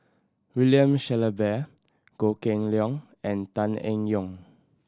William Shellabear Goh Kheng Long and Tan Eng Yoon